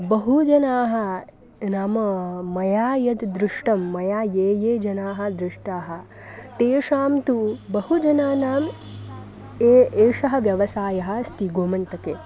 बहुजनाः नाम मया यद् दृष्टं मया ये ये जनाः दृष्टाः तेषां तु बहुजनानाम् ए एषः व्यवसायः अस्ति गोमन्तके